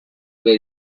que